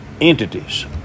entities